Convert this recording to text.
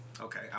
Okay